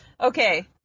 Okay